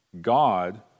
God